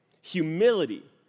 Humility